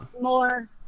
more